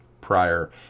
prior